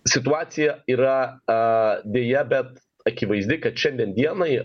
situacija yra a deja bet akivaizdi kad šiandien dienai